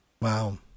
Wow